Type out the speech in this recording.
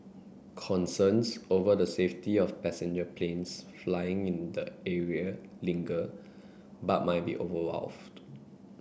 concerns over the safety of passenger planes flying in the area linger but might be overwrought